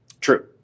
True